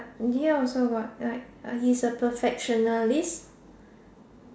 here also got like he's a perfectionist